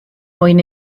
mwyn